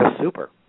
super